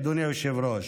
אדוני היושב-ראש.